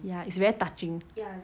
ya it's very touching